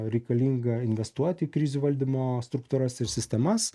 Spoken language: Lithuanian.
reikalinga investuoti į krizių valdymo struktūras ir sistemas